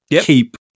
keep